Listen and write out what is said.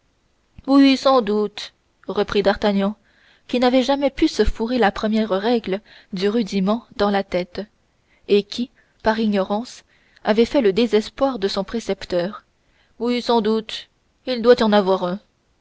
oui sans doute reprit d'artagnan qui n'avait jamais pu se fourrer la première règle du rudiment dans la tête et qui par ignorance avait fait le désespoir de son précepteur oui sans doute il doit y en avoir un